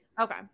Okay